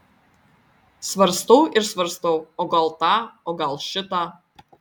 svarstau ir svarstau o gal tą o gal šitą